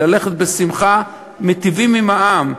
וללכת בשמחה מיטיבים עם העם.